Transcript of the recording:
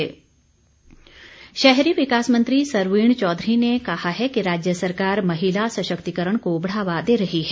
सशक्तिकरण शहरी विकास मंत्री सरवीण चौधरी ने कहा है कि राज्य सरकार महिला सशक्तिकरण को बढ़ावा दे रही है